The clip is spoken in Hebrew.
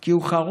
כי הוא חרוץ,